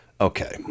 okay